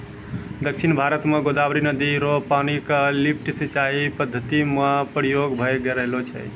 दक्षिण भारत म गोदावरी नदी र पानी क लिफ्ट सिंचाई पद्धति म प्रयोग भय रहलो छै